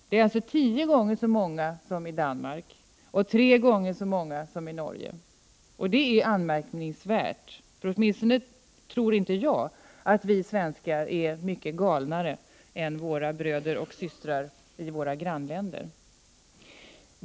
Det är alltså tio gånger så många som i Danmark, och tre gånger så många som i Norge. Detta är anmärkningsvärt, och åtminstone jag tror inte att vi svenskar är så mycket galnare än våra bröder och systrar i grannländerna.